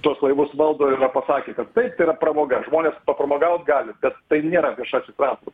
tuos laivus valdo yra pasakę kad taip tai yra pramoga žmonės papramogaut gali bet tai nėra viešasis transportas